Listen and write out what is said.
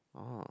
oh